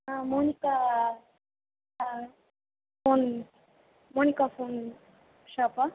ஆ மோனிகா ஆ phone Monika phone ஷாப்பா